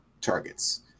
targets